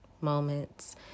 moments